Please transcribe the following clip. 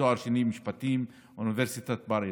תואר שני משפטים באוניברסיטת בר-אילן,